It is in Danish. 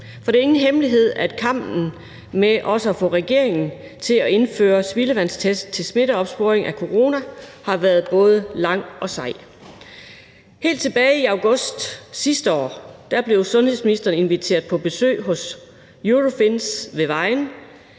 For det er ingen hemmelighed, at kampen for at få regeringen til at indføre spildevandstest til opsporing af coronasmitte har været både lang og sej. Helt tilbage i august sidste år blev sundhedsministeren inviteret på besøg hos Eurofins ved Vejen,